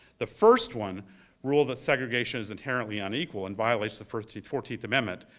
the first one ruled that segregation is inherently unequal and violates the fourteenth fourteenth amendment.